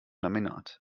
laminat